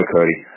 Cody